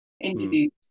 interviews